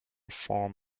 form